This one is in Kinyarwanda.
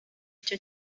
icyo